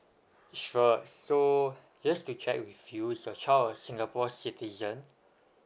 sure so just to check with you is your child a singapore citizen